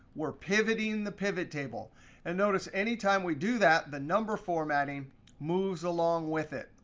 we're pivoting the pivottable. and notice anytime we do that the number formatting moves along with it.